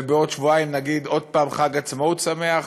ובעוד שבועיים נגיד עוד פעם "חג עצמאות שמח",